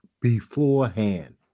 beforehand